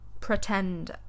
Pretend